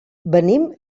venim